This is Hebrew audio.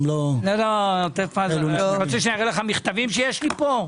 אתה רוצה שאני אראה לך מכתבים שיש לי כאן?